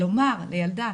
לומר לילדה,